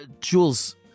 Jules